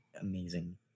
amazing